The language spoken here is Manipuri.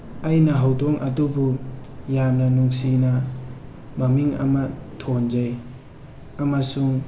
ꯑꯩꯅ ꯍꯧꯗꯣꯡ ꯑꯗꯨꯕꯨ ꯌꯥꯝꯅ ꯅꯨꯡꯁꯤꯅ ꯃꯃꯤꯡ ꯑꯃ ꯊꯣꯟꯖꯩ ꯑꯃꯁꯨꯡ